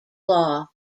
law